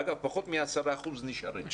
אגב, פחות מ-10% נשארים שם,